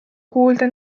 kuulda